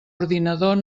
ordinador